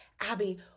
Abby